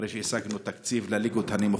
אחרי שהשגנו תקציב לליגות הנמוכות.